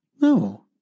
No